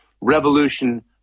Revolution